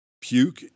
puke